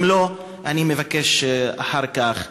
אם לא, אני מבקש אחר כך.